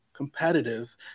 Competitive